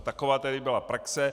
Taková tedy byla praxe.